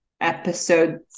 episode